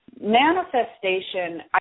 manifestation